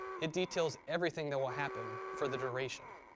it details everything that will happen for the duration.